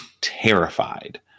terrified